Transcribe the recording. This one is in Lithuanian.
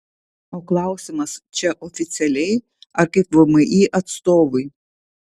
o klausimas čia oficialiai ar kaip vmi atstovui